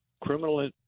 criminal